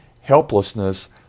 helplessness